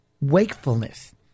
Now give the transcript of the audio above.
wakefulness